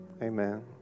Amen